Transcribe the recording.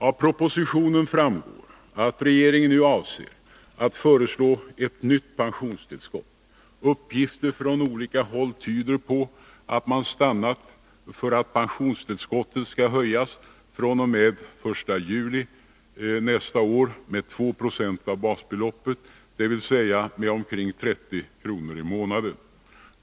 Av propositionen framgår att regeringen nu avser att föreslå ett nytt pensionstillskott. Uppgifter från olika håll tyder på att man stannat för att pensionstillskottet skall höjas fr.o.m. den 1 juli nästa år med 2 90 av basbeloppet, dvs. med omkring 30 kr. i månaden.